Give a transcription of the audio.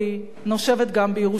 נושבת גם בירושלים,